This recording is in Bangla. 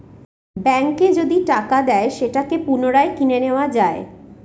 ব্যাঙ্কে যদি টাকা দেয় সেটাকে পুনরায় কিনে নেত্তয়া যায়